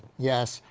yes,